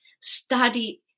study